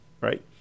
right